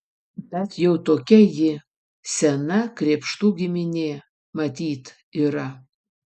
bet jau tokia ji sena krėpštų giminė matyt yra